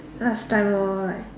last time lor like